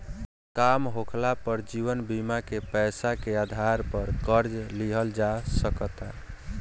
काम होखाला पर जीवन बीमा के पैसा के आधार पर कर्जा लिहल जा सकता